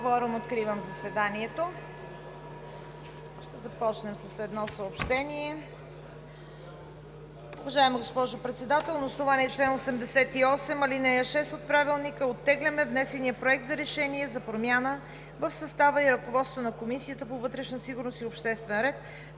Откривам заседанието. Ще започнем с едно съобщение.